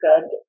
good